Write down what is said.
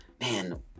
Man